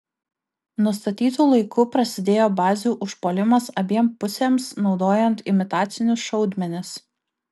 nustatytu laiku prasidėjo bazių užpuolimas abiem pusėms naudojant imitacinius šaudmenis